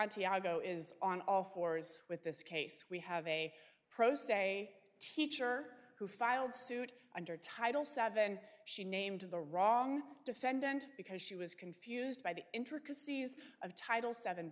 tiago is on all fours with this case we have a pro se teacher who filed suit under title seven she named the wrong defendant because she was confused by the intricacies of title seven